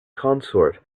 consort